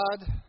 God